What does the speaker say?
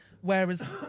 whereas